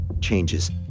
changes